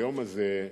היום הזה,